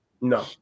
no